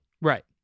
Right